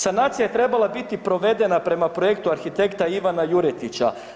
Sanacija je trebala biti provedena prema projektu arhitekta Ivana Juretića.